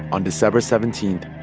on december seventeen,